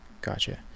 gotcha